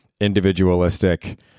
individualistic